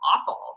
awful